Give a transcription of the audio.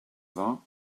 vingts